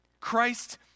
Christ